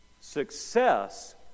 Success